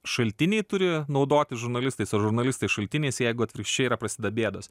šaltiniai turi naudotis žurnalistais o žurnalistai šaltiniais jeigu atvirkščiai yra prasideda bėdos